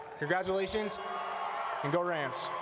congratulations and go rams